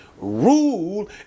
rule